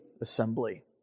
assembly